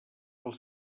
els